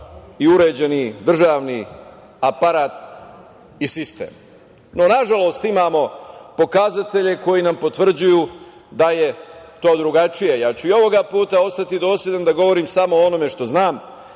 i uređeni državni aparat i sistem. Nažalost, imamo pokazatelje koji nam potvrđuju da je to drugačije. Ja ću i ovoga puta ostati dosledan da govorim samo o onome što znam